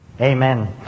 Amen